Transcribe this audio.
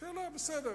בסדר.